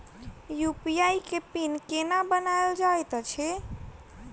UPI केँ PIN केना बनायल जाइत अछि